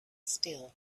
still